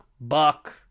Buck